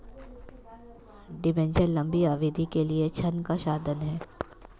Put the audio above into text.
debenture लंबी अवधि के लिए ऋण का साधन है